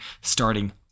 starting